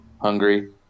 Hungry